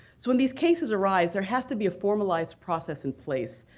when these cases arise, there has to be a formalized process in place,